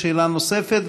שאלה נוספת,